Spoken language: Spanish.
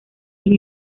sin